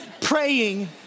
praying